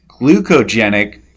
glucogenic